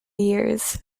years